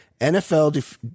NFL